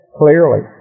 clearly